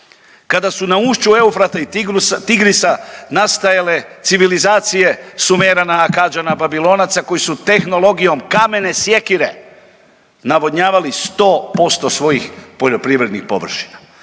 kada su na ušću Eufrata i Tigrisa nastajale civilizacije Sumerana, Akađana, Babilonaca koji su tehnologijom kamene sjekire navodnjavali 100% svojih poljoprivrednih površina.